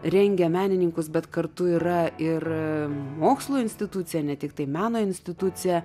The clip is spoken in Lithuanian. rengia menininkus bet kartu yra ir mokslo institucija ne tiktai meno institucija